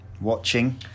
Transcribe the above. watching